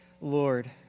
Lord